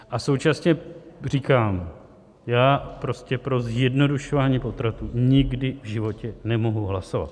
A současně říkám: já prostě pro zjednodušování potratů nikdy v životě nemohu hlasovat.